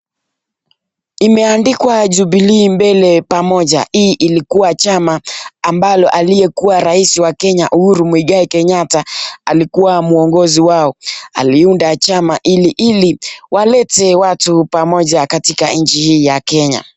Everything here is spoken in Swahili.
Imeandikwa Jubilee Mbele Pamoja, hii ilikuwa chama ambalo aliyekuwa rais wa Kenya Uhuru Muigai Kenyatta alikuwa mwongozi wao. Aliunda chama ili walete watu pamoja katika nchi hii ya Kenya.